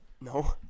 No